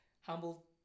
humble